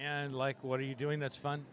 and like what are you doing that's fun